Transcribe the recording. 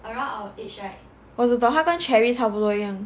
我只懂他跟 cherry 差不多一样